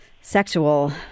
sexual